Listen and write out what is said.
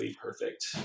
perfect